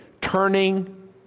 turning